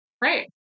right